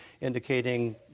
indicating